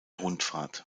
rundfahrt